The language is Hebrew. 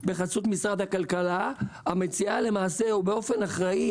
בחסות משרד הכלכלה המציעה למעשה ובאופן אחראי,